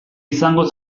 izango